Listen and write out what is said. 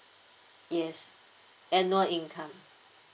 yes annual income